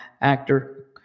actor